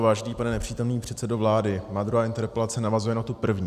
Vážený pane nepřítomný předsedo vlády, má druhá interpelace navazuje na tu první.